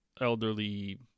elderly